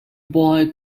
boy